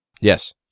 Yes